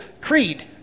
Creed